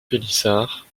pélissard